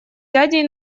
дядей